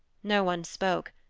no one spoke,